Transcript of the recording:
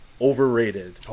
overrated